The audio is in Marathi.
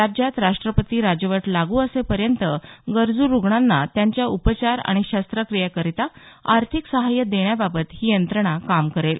राज्यात राष्ट्रपती राजवट लागू असेपर्यंत गरजू रुग्णांना त्यांच्या उपचार आणि शस्त्रक्रियेकरता आर्थिक सहाय्य देण्याबाबत ही यंत्रणा काम करेल